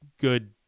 good